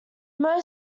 more